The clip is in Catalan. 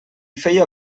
feia